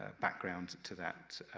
ah background to that